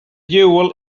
jewel